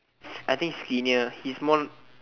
I think skinnier he's more